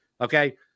okay